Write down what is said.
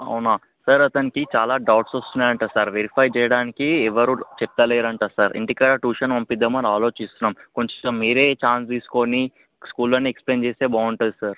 అవునా సార్ అతనికి చాలా డౌట్స్ వస్తున్నాయి అంట సార్ వెరిఫై చేయడానికి ఎవరు చెప్తలేరు అంట సార్ ఇంటికాడ ట్యూషన్కి పంపిద్దామని ఆలోచిస్తున్నాం కొంచెం మీరు ఛాన్స్ తీసుకొని స్కూల్లో ఎక్స్ప్లెయిన్ చేస్తే బాగుంటుంది సార్